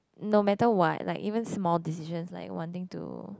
no matter what like even small decisions like wanting to